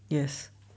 yes